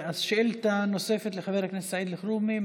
אז שאילתה נוספת לסעיד אלחרומי,